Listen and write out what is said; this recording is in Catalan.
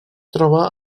troba